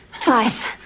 twice